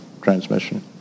transmission